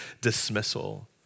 dismissal